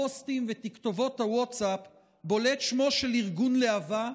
הפוסטים ותכתובות הווטסאפ בולט שמו של ארגון להב"ה,